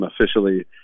officially